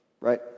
Right